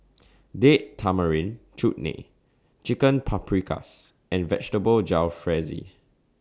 Date Tamarind Chutney Chicken Paprikas and Vegetable Jalfrezi